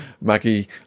Maggie